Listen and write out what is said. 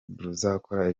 ruzakora